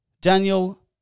Daniel